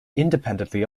independently